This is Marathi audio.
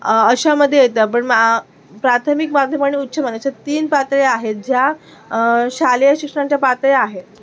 अश्यामध्ये येत पण प्राथमिक माध्यमिक आणि उच्च माध्यमिक अश्या तीन पातळ्या आहेत ज्या शालेय शिक्षणच्या पातळ्या आहेत